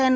N